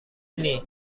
ini